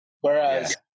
whereas